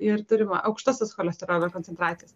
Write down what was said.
ir turim aukštas tas cholesterolio koncentracijas